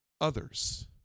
others